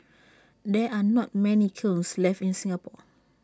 there are not many kilns left in Singapore